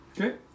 Okay